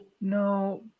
No